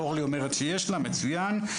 אורלי אומרת שיש לה, מצוין.